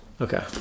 okay